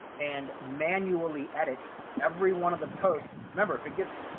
and manually edit every one of the posts. remember, if it gets,